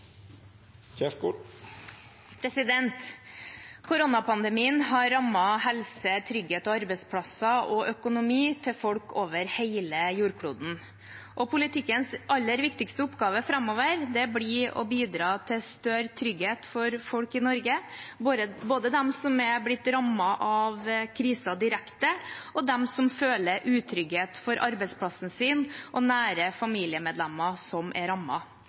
økonomi for folk over hele jordkloden. Politikkens aller viktigste oppgave framover blir å bidra til større trygghet for folk i Norge, både de som er rammet av krisen direkte, og de som føler utrygghet for arbeidsplassen sin og nære familiemedlemmer som er